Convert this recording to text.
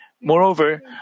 Moreover